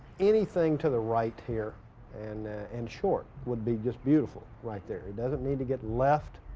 anything to the right here and in short, would be just beautiful right there he doesn't need to get left